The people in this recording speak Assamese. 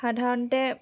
সাধাৰণতে